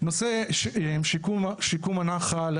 נושא שיקום הנחל,